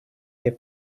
their